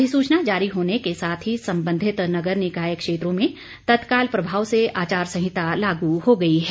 अधिसूचना जारी होने के साथ ही संबंधित नगर निकाय क्षेत्रों में तत्काल प्रभाव से आचार संहिता लागू हो गई है